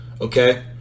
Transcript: Okay